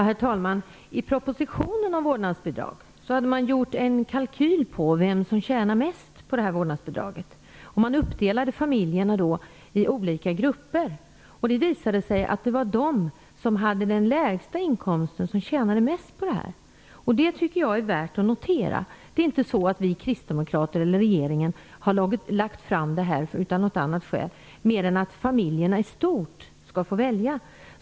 Herr talman! I propositionen om vårdnadsbidrag hade man gjort en kalkyl på vem som tjänar mest på det. Man uppdelade familjerna i olika grupper. Det visade sig att det var de som hade den lägsta inkomsten som tjänade mest på det. Det tycker jag är värt att notera. Det är inte så att vi kristdemokrater eller den förra regeringen har lagt fram förslaget av något annat skäl än av att familjerna i stort skall få välja.